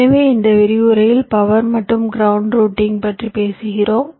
எனவே இந்த விரிவுரையில் பவர் மற்றும் கிரவுண்ட் ரூட்டிங் பற்றி பேசுகிறோம்